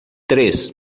três